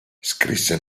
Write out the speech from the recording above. scrisse